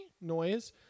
noise